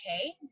okay